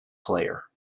player